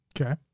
Okay